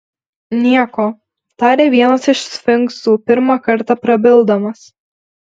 nieko tarė vienas iš sfinksų pirmą kartą prabildamas